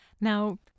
Now